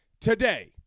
today